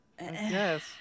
Yes